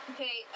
Okay